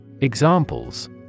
Examples